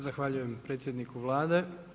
Zahvaljujem predsjedniku Vlade.